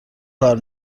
کار